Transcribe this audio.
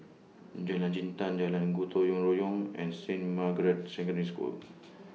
Jalan Jintan Jalan Gotong Royong and Saint Margaret's Secondary School